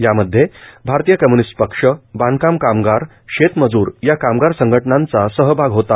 यामध्ये भारतीय कम्युनिस्ट पक्ष बांधकाम कामगार शेतमजूर या कामगार संघटनाचा सहभाग होता